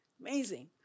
Amazing